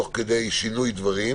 תוך כדי שינוי דברים